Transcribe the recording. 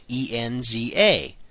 enza